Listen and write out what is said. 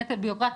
נטל בירוקרטי,